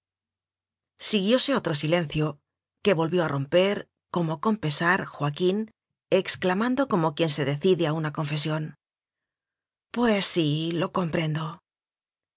siguióse otro silencio que volvió a rom per como con pesar joaquín exclamando como quien se decide a una confesión pues sí lo comprendo